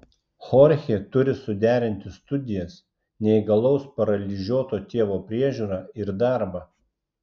chorchė turi suderinti studijas neįgalaus paralyžiuoto tėvo priežiūrą ir darbą